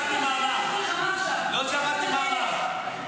לא אני אמרתי לך את זה.